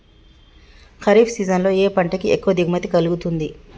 Kharif season లో ఏ పంట కి ఎక్కువ దిగుమతి కలుగుతుంది?